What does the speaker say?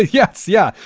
yes. yeah.